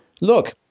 Look